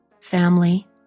family